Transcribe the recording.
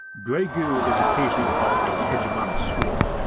grey goo is occasionally called a hegemonic swarm,